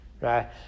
right